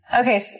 okay